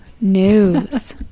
news